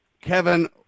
Kevin